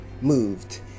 moved